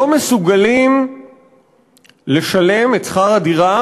לא מסוגלים לשלם את שכר הדירה